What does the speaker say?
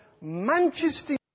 Manchester